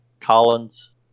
Collins